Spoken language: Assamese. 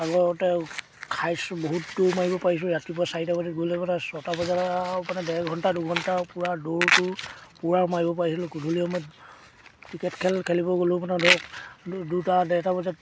আগতে খাইছোঁ বহুত দৌৰ মাৰিব পাৰিছোঁ ৰাতিপুৱা চাৰিটা বজাত গ'লে মানে ছটা বজাত মানে ডেৰ ঘণ্টা দুঘণ্টা পুৰা দৌৰটো পুৰা মাৰিব পাৰিছিলোঁ গধূলি সময়ত ক্ৰিকেট খেল খেলিব গ'লেও মানে ধৰক দুটা ডেৰটা বজাত